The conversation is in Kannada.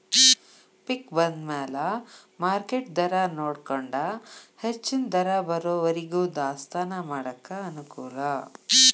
ಪಿಕ್ ಬಂದಮ್ಯಾಲ ಮಾರ್ಕೆಟ್ ದರಾನೊಡಕೊಂಡ ಹೆಚ್ಚನ ದರ ಬರುವರಿಗೂ ದಾಸ್ತಾನಾ ಮಾಡಾಕ ಅನಕೂಲ